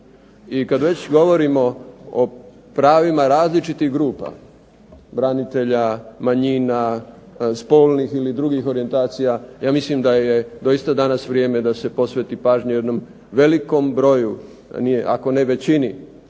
I kada već govorimo o pravima različitih grupa branitelja, manjina, spolnih ili drugih orijentacija, ja mislim da je doista vrijeme da se posveti pažnju jednom velikom broju, ako ne većini,